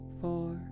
four